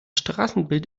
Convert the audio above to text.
straßenbild